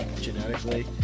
genetically